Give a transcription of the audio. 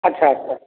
ଆଛା ଆଛା